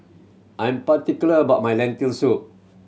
I'm particular about my Lentil Soup